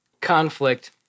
conflict